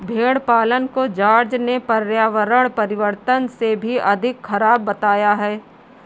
भेड़ पालन को जॉर्ज ने पर्यावरण परिवर्तन से भी अधिक खराब बताया है